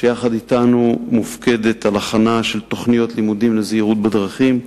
שיחד אתנו מופקדת על הכנה של תוכניות לימודים לזהירות בדרכים,